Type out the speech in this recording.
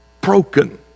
broken